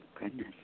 goodness